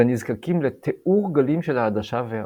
אלא נזקקים לתיאור גלים של העדשה והאור.